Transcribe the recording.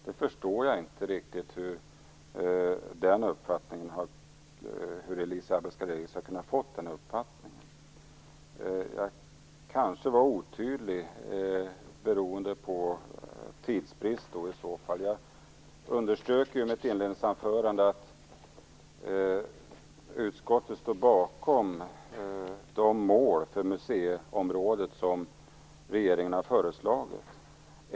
Jag förstår inte riktigt hur Elisa Abascal Reyes har kunna få den uppfattningen. Jag kanske var otydlig, i så fall beroende på tidsbrist. Jag underströk i mitt inledningsanförande att utskottet står bakom de mål för museiområdet som regeringen har föreslagit.